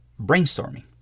brainstorming